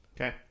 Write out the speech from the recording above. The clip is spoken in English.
Okay